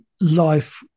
life